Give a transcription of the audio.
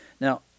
Now